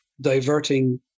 diverting